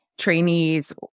trainees